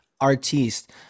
Artiste